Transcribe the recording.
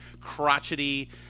crotchety